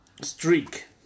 streak